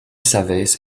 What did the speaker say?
savès